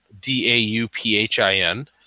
D-A-U-P-H-I-N